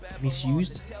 misused